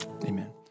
Amen